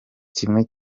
kimwe